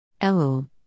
Elul